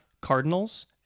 Cardinals